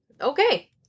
okay